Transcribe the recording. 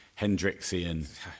Hendrixian